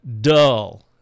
dull